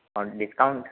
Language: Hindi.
और डिस्काउंट